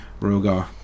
Rogar